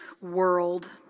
world